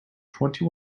twenty